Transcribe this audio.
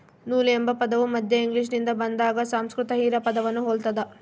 ನೂಲು ಎಂಬ ಪದವು ಮಧ್ಯ ಇಂಗ್ಲಿಷ್ನಿಂದ ಬಂದಾದ ಸಂಸ್ಕೃತ ಹಿರಾ ಪದವನ್ನು ಹೊಲ್ತದ